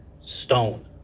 stone